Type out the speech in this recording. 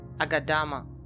Agadama